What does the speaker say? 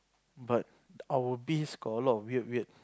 but our base got a lot of weird weird